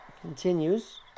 continues